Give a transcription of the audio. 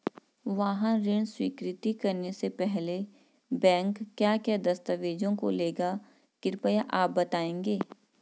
वाहन ऋण स्वीकृति करने से पहले बैंक क्या क्या दस्तावेज़ों को लेगा कृपया आप बताएँगे?